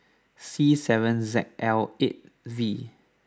C seven Z L eight V